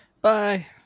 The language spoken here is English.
bye